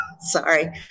Sorry